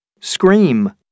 Scream